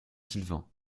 sylvain